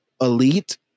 elite